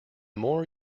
more